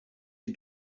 you